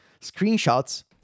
screenshots